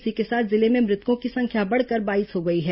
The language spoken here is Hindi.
इसी के साथ जिले में मृतकों की संख्या बढ़कर बाईस हो गई है